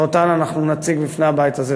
ואותן אנחנו נציג בפני הבית הזה.